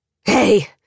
Hey